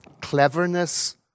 cleverness